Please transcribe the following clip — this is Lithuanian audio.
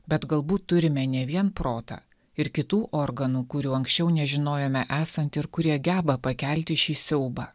bet galbūt turime ne vien protą ir kitų organų kurių anksčiau nežinojome esant ir kurie geba pakelti šį siaubą